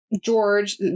george